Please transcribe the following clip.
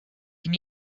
can